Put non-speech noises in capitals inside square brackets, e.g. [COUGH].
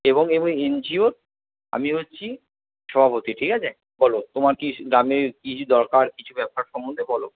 এবং [UNINTELLIGIBLE] এনজিওর আমি হচ্ছি সভাপতি ঠিক আছে বলো তোমার কি গ্রামের কিছু দরকার কিছু ব্যাপার সম্বন্ধে বলো